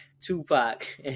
Tupac